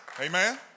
Amen